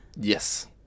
Yes